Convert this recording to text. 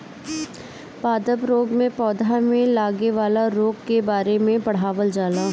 पादप रोग में पौधा में लागे वाला रोग के बारे में पढ़ावल जाला